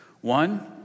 One